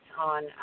on